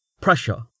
pressure